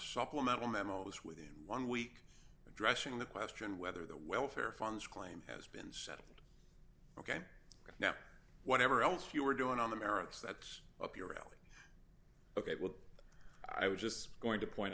supplemental memos within one week addressing the question whether the welfare funds claim has been settled ok now whatever else you are doing on the merits that's up your alley ok well i was just going to point